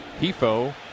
Pifo